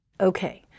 Okay